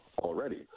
already